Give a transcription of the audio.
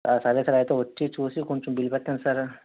సరే సార్ అయితే వచ్చి చూసి కొంచెం బిల్లు కట్టండి సారు